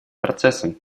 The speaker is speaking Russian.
процессом